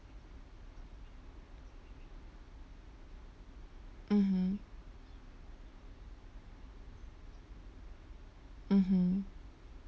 mmhmm mmhmm